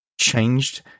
changed